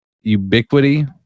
ubiquity